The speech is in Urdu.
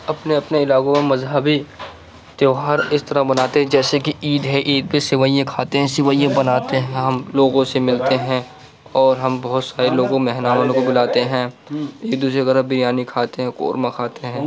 اپنے اپنے علاقوں میں مذہبی تہوار اِس طرح مناتے ہیں جیسے کہ عید ہے عید پہ سوییں کھاتے ہیں سوییں بناتے ہیں ہم لوگوں سے ملتے ہیں اور ہم بہت سارے لوگوں مہمانوں کو بلاتے ہیں ایک دوسرے کے گھر ہم بریانی کھاتے ہیں قورمہ کھاتے ہیں